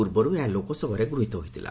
ପୂର୍ବରୁ ଏହା ଲୋକସଭାରେ ଗୃହୀତ ହୋଇଥିଲା